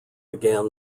began